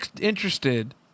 interested